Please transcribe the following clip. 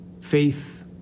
Faith